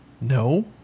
No